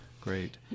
great